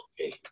okay